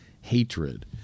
hatred